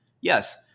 yes